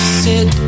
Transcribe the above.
sit